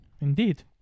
indeed